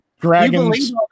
dragons